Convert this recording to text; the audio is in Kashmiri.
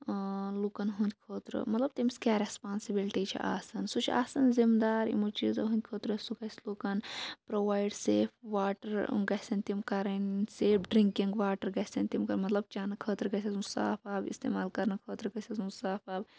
لُکَن ہُنٛد خٲطرٕ مَطلَب تمِس کیاہ ریٚسپانسِبِلِٹی چھِ آسان سُہ چھُ آسان ذِمہ دار یِمو چیٖزو ہنٛدۍ خٲطرٕ سُہ گَژھِ لُکَن پرووایڈ سیف واٹَر گَژھن تِم کَرٕنۍ سیف ڈِرنٛکِنٛگ واٹَر گَژھن تِم کَرٕنۍ مَطلَب چَنہٕ خٲطرٕ گَژھِ آسُن صاف آب اِستعمال کَرنہٕ خٲطرٕ گَژھِ آسُن صاف آب